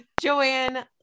joanne